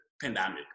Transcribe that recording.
pandemic